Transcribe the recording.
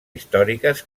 històriques